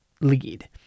lead